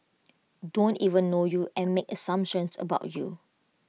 don't even know you and make assumptions about you